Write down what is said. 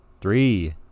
Three